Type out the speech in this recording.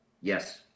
Yes